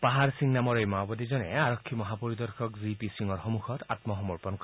পাহাৰ সিং নামৰ এই মাওবাদীজনে আৰক্ষীৰ মহাপৰিদৰ্শক জি পি সিঙৰ সন্মুখত আয়সমৰ্পণ কৰে